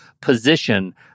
position